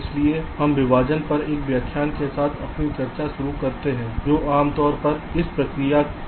इसलिए हम विभाजन पर एक व्याख्यान के साथ अपनी चर्चा शुरू करते हैं जो आमतौर पर इस प्रक्रिया में पहला कदम है